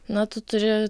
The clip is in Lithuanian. na tu turi